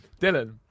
Dylan